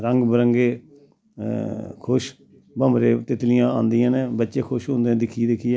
रंग बरंगे कुछ बंबरे तितलियां आंदियां नै बच्चे खुश होंदे नै दिक्खी दिक्खियै